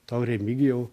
tau remigijau